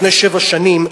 לפני שבע שנים,